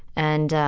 and,